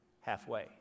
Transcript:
halfway